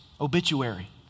obituary